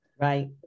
Right